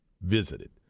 visited